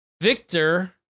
victor